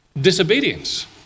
disobedience